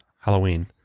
Halloween